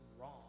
wrong